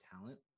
talent